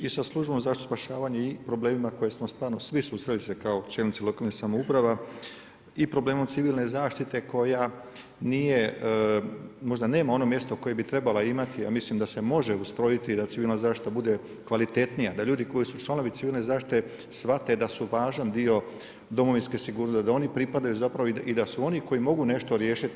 I sa službom za zaštitu i spašavanje i problemima koje smo stvarno svi susreli se kao čelnici lokalnih samouprava i problemima civilne zaštite koja nije, možda nema ono mjesto koje bi trebala imati a mislim da se može ustrojiti da civilna zaštita bude kvalitetnija, da ljudi koji su članovi civilne zaštite shvate da su važan dio domovinske sigurnosti, da oni pripadaju zapravo i da su oni koji mogu nešto riješiti.